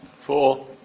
Four